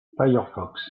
firefox